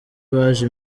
baje